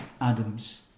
Adam's